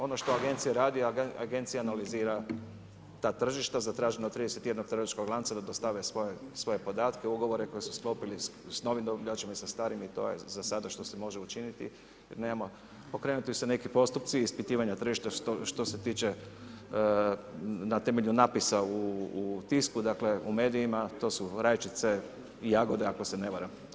Ono što Agencija radi, Agencija analizira ta tržišta, zatraženo je od 31 trgovačkog lanca da dostave svoje podatke, ugovore koji su sklopili s novim dobavljačima i sa starim i to je zasada što se može učiniti jer nemamo, okrenuti su neki postupci ispitivanja tržišta što se tiče na temelju natpisa u tisku, dakle u medijima, to su rajčice i jagode ako se ne varam.